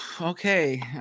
okay